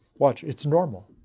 watch. it's normal.